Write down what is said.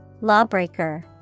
Lawbreaker